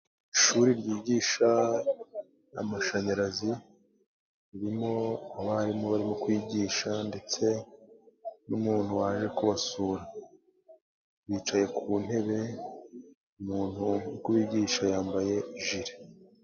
Ishuri ryigisha amashanyarazi, ririmo abarimu barimo kwigisha ndetse n'umuntu waje kubasura. Bicaye ku ntebe umuntu uri kubigisha yambaye jile.